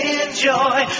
enjoy